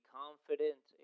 confident